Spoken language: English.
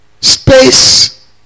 Space